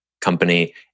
company